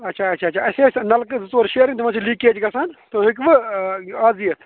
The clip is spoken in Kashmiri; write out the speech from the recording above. آچھا آچھا آچھا اَسہِ ٲسۍ نَلکہٕ زٕ ژور شیرٕنۍ تِمَن چھِ لیٖکیج گژھان تُہۍ ہیٚکوٕ آز یِتھ